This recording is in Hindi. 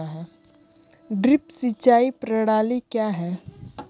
ड्रिप सिंचाई प्रणाली क्या है?